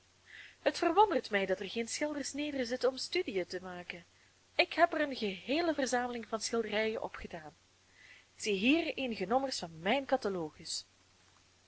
het verwondert mij dat er geen schilders nederzitten om studiën te maken ik heb er eene geheele verzameling van schilderijen opgedaan zie hier eenige nommers van mijn catalogus